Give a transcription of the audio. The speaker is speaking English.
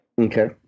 Okay